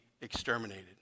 exterminated